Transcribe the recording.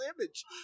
image